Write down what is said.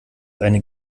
eine